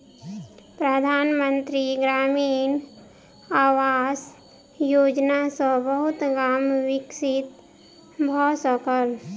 प्रधान मंत्री ग्रामीण आवास योजना सॅ बहुत गाम विकसित भअ सकल